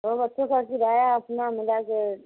दो बच्चों का किराया अपना मिला के